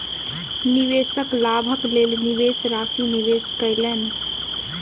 निवेशक लाभक लेल निवेश राशि निवेश कयलैन